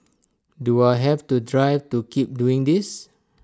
do I have the drive to keep doing this